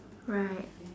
right